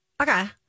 Okay